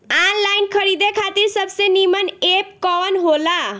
Online खरीदे खातिर सबसे नीमन एप कवन हो ला?